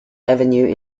avenue